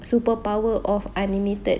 superpower of unlimited